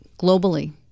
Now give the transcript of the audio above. globally